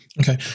Okay